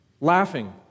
laughing